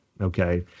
Okay